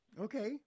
Okay